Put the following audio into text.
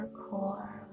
core